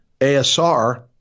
ASR